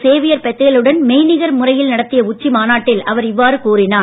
Xavier பெத்தேலுடன் மெய்நிகர் முறையில் நடத்திய உச்சி மாநாட்டில் அவர் இவ்வாறு கூறினார்